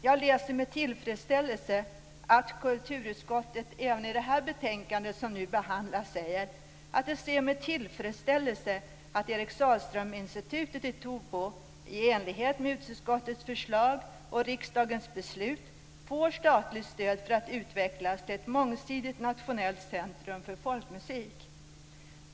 Jag läser med tillfredsställelse att kulturutskottet även i det betänkande som nu behandlas säger att det ser med tillfredsställelse att Eric Sahlström-institutet i Tobo, i enlighet med utskottets förslag och riksdagens beslut, får statligt stöd för att utvecklas till ett mångsidigt nationellt centrum för folkmusik.